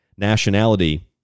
nationality